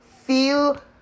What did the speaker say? feel